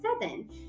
seven